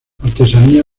artesanía